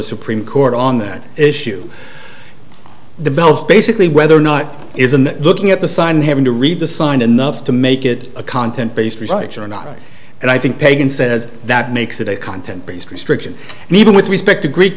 the supreme court on that issue the bells basically whether or not is and looking at the sign and having to read the sign enough to make it a content based you're not and i think pagan says that makes it a content based restriction and even with respect to